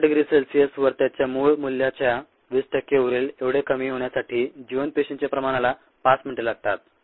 70 degree Celsius वर त्याच्या मूळ मूल्याच्या 20 टक्के उरेल एवढे कमी होण्यासाठी जिवंत पेशींच्या प्रमाणाला 5 मिनिटे लागतात